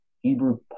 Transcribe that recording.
Hebrew